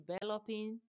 developing